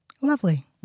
Lovely